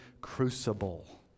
crucible